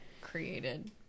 created